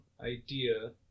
idea